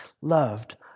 loved